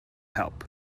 help